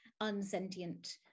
unsentient